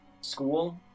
school